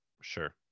Sure